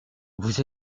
vous